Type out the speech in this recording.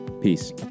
Peace